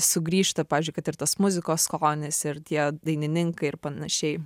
sugrįžta pavyzdžiui kad ir tas muzikos skonis ir tie dainininkai ir panašiai